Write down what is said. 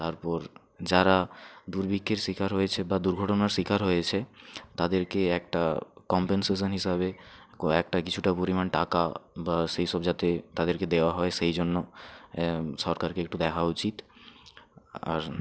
তারপর যারা দুর্ভিক্ষের স্বীকার হয়েছে বা দুর্ঘটনার স্বীকার হয়েছে তাদেরকে একটা কম্পেনসেশান হিসাবে কয়েকটা কিছুটা পরিমাণ টাকা বা সেই সব যাতে তাদেরকে দেওয়া হয় সেই জন্য সরকারকে একটু দেখা উচিত আর